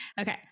Okay